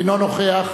אינו נוכח